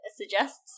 suggests